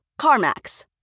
CarMax